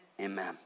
Amen